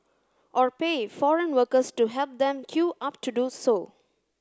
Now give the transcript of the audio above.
or pay foreign workers to help them queue up to do so